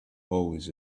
always